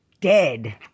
dead